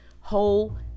whole